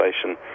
station